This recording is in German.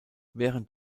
während